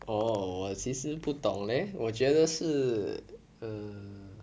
oh 我其实不懂 leh 我觉得是 err